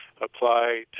apply